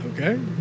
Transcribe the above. Okay